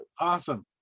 Awesome